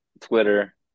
Twitter